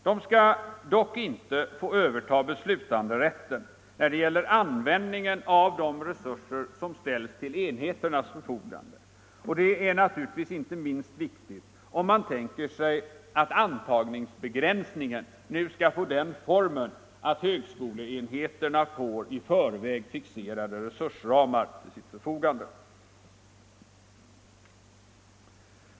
De skall dock inte få överta beslutanderätten när det gäller användningen av de resurser som ställs till enheternas förfogande, och det är naturligtvis inte minst viktigt om man tänker sig att antagningsbegränsningen nu skall få den formen att högskoleenheterna får i förväg fixerade resursramar till sitt förfogande.